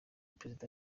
perezida